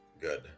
good